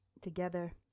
together